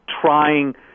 trying